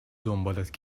دنبالت